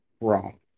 wrong